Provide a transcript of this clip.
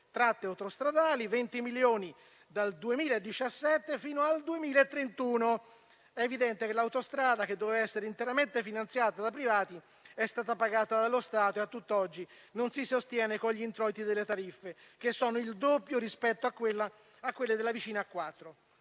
tratte autostradali» (20 milioni dal 2017 fino al 2031). È evidente che l'autostrada, che avrebbe dovuto essere interamente finanziata da privati, è stata pagata dallo Stato e a tutt'oggi non si sostiene con gli introiti delle tariffe, che sono il doppio rispetto a quelle della vicina A4.